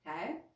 okay